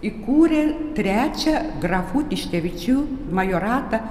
įkūrė trečią grafų tiškevičių majoratą